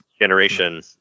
generation